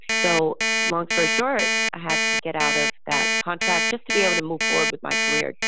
so, long story short, i had to get out of that contract just to be able to move forward with my career.